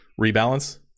rebalance